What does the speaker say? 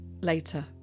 later